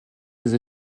des